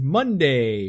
Monday